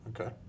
Okay